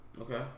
Okay